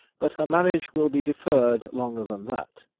but her marriage will be deferred longer than that.